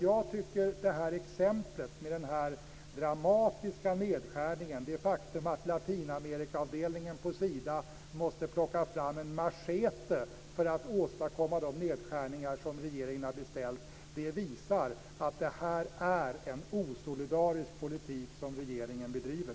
Jag tycker att detta exempel på dramatisk nedskärning - det faktum att Latinamerikaavdelningen på Sida måste plocka fram en machete för att åstadkomma de nedskärningar som regeringen har beställt - visar att det är en osolidarisk politik som regeringen bedriver.